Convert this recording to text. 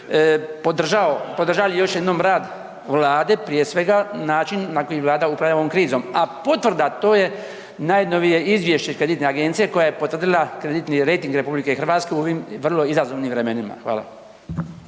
podržali još jednom rad Vlade prije svega, način na koji Vlada upravlja ovom krizom, a potvrda to je najnovije izvješće kreditne agencije koja je potvrdila kreditni rejting RH u ovim vrlo izazovnim vremenima. Hvala.